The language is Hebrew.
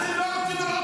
אתה לא מתבייש?